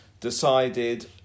decided